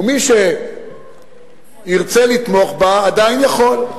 ומי שירצה לתמוך בה עדיין יכול.